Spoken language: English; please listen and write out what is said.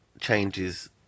changes